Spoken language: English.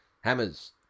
Hammers